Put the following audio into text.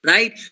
Right